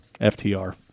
FTR